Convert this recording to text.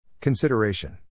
Consideration